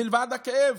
מלבד הכאב,